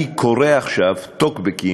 אני קורא עכשיו טוקבקים,